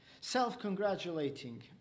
Self-congratulating